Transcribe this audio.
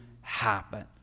happen